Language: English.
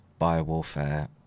biowarfare